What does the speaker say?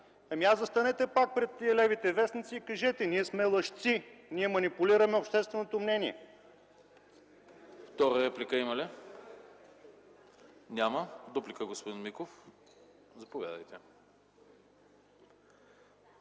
Ами хайде застанете пак пред левите вестници и кажете: „Ние сме лъжци, ние манипулираме общественото мнение”.